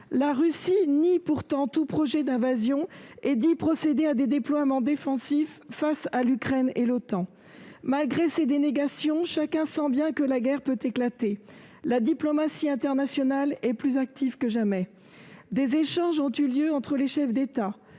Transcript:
La Russie nie pourtant tout projet d'invasion et dit procéder à des déploiements défensifs face à l'Ukraine et l'OTAN. Malgré ces dénégations, chacun sent bien que la guerre peut éclater. La diplomatie internationale est plus active que jamais. Des échanges ont eu lieu entre les chefs d'État